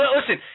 Listen